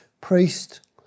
Priest